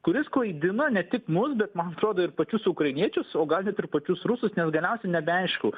kuris klaidina ne tik mus bet man atrodo ir pačius ukrainiečius o gal net ir pačius rusus nes galiausiai nebeaišku